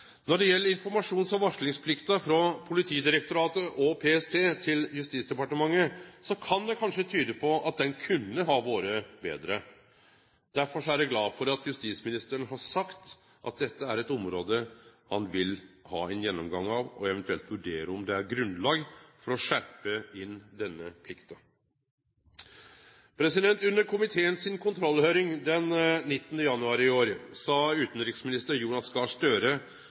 Når det gjeld informasjons- og varslingsplikta frå Politidirektoratet og PST til Justisdepartementet, kan det kanskje tyde på at ho kunne ha vore betre. Derfor er eg glad for at justisministeren har sagt at dette er eit område han vil ha ein gjennomgang av, og eventuelt vurdere om det er grunnlag for å skjerpe inn denne plikta. Under komiteen si kontrollhøyring den 19. januar i år sa utanriksminister Jonas Gahr Støre